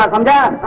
um and